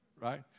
right